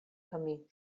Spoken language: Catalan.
camí